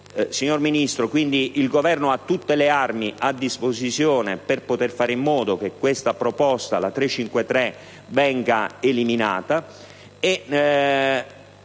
Signor Ministro, il Governo ha tutte le armi a disposizione per poter fare in modo che la proposta COM 353 venga eliminata,